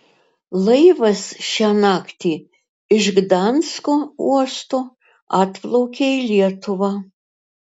laivas šią naktį iš gdansko uosto atplaukė į lietuvą